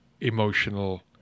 emotional